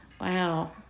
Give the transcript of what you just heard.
Wow